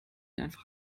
einfach